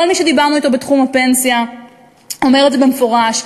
כל מי שדיברנו אתו בתחום הפנסיה אומר את זה במפורש.